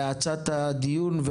האצת הדיון,